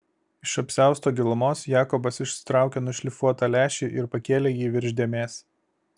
iš apsiausto gilumos jakobas išsitraukė nušlifuotą lęšį ir pakėlė jį virš dėmės